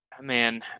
man